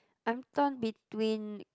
I'm torn between